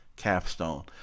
Capstone